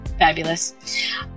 Fabulous